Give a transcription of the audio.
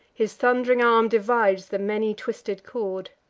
his thund'ring arm divides the many-twisted cord.